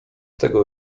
tego